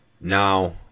Now